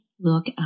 look